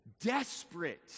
desperate